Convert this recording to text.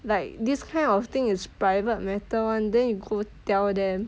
like this kind of thing is private matter [one] then you go tell them